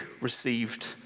received